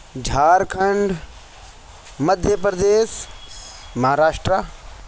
Jharkhand Madhya Pradesh Maharashtra